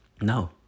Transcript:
no